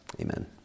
amen